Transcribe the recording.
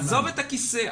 עזוב את הכיסא,